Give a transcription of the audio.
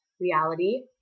reality